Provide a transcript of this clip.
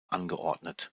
angeordnet